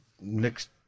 next